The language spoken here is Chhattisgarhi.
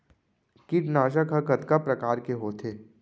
कीटनाशक ह कतका प्रकार के होथे?